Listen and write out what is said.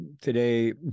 today